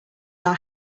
our